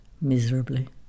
miserably